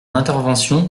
intervention